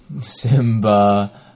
Simba